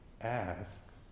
ask